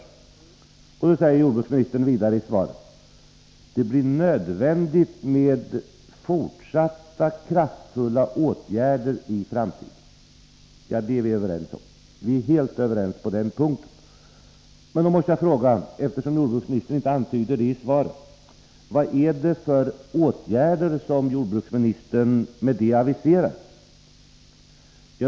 I svaret säger jordbruksministern vidare att utvecklingen visar att det blir nödvändigt med fortsatta kraftfulla åtgärder i framtiden. Ja, det är vi helt överens om. Men eftersom jordbruksministern inte antyder något därom i svaret måste jag fråga vilka åtgärder han därmed aviserar.